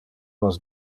nos